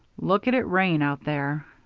look at it rain out there.